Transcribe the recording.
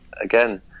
again